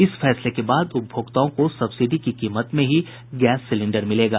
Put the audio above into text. इस फैसले के बाद उपभोक्ताओं को सब्सिडी की कीमत में ही सिलेंडर मिलेगा